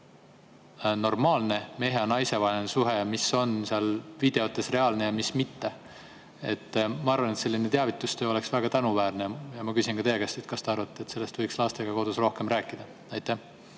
normaalne mehe ja naise vaheline suhe, mis on seal videotes reaalne ja mis mitte? Ma arvan, et selline teavitustöö oleks väga tänuväärne. Ma küsin teie käest, kas te arvate, et sellest võiks lastega kodus rohkem rääkida. Jah.